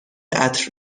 عطر